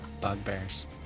bugbears